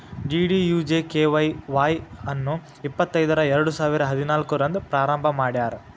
DDUGKY Y ಅನ್ನು ಇಪ್ಪತೈದರ ಎರಡುಸಾವಿರ ಹದಿನಾಲ್ಕು ರಂದ್ ಪ್ರಾರಂಭ ಮಾಡ್ಯಾರ್